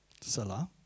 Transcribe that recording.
Salah